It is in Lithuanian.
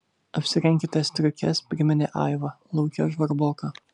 apsirenkite striukes priminė aiva lauke žvarboka